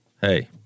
hey